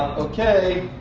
okay.